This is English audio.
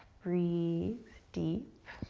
breathe deep.